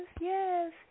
yes